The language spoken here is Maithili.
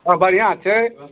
हॅं बढ़िआँ छै